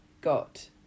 got